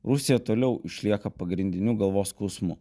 rusija toliau išlieka pagrindiniu galvos skausmu